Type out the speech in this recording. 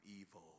evil